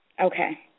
Okay